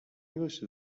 english